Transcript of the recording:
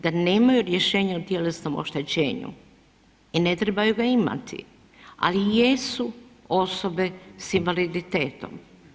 Da nemaju rješenje o tjelesnom oštećenju i ne trebaju ga imati, ali jesu osobe sa invaliditetom.